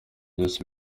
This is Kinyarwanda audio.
byose